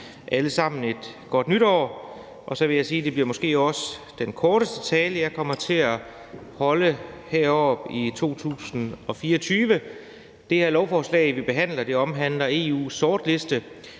ønske alle et godt nytår. Og så vil jeg sige, at det måske også bliver den korteste tale, jeg kommer til at holde heroppefra i 2024. Det lovforslag, vi behandler, omhandler EU's sortliste.